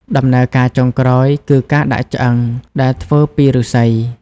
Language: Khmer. ដំណើរការចុងក្រោយគឺ ការដាក់ឆ្អឹង ដែលធ្វើពីឫស្សី។